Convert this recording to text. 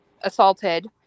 assaulted